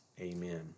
Amen